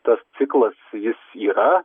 tas ciklas jis yra